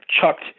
chucked